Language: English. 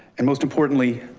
and most importantly,